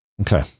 Okay